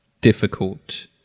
difficult